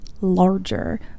larger